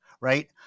right